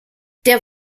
der